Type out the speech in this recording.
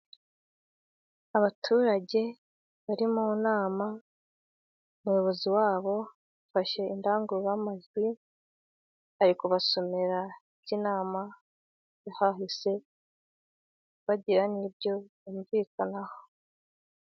Abaturage bari mu nama, umuyobozi wabo afashe indangururamajwi ,ari kubasomera iby'inama y'ahahise bagira n'ibyo bumvikanaho.